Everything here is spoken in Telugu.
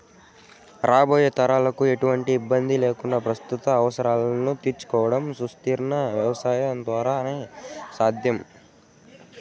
రాబోయే తరాలకు ఎటువంటి ఇబ్బంది లేకుండా ప్రస్తుత అవసరాలను తీర్చుకోవడం సుస్థిర వ్యవసాయం ద్వారానే సాధ్యం